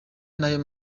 nayo